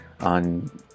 on